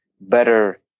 better